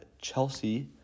Chelsea